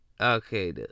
okay